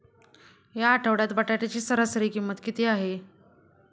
या आठवड्यात बटाट्याची सरासरी किंमत किती आहे?